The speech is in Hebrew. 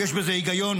ויש בזה היגיון,